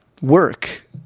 work